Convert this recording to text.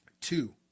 Two